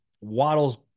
Waddle's